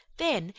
then,